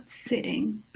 sitting